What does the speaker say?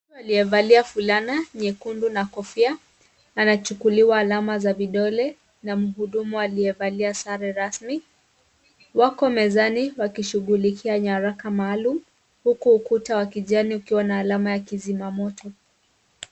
Mtu aliyevalia fulana nyekundu na kofia, anachukuliwa alama za vidole na mhudumu aliyevalia sare rasmi. Wako mezani wakishughulikia nyaraka maalum huku ukuta wa kijani ukiwa na alama ya kizima moto.